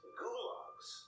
gulags